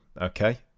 okay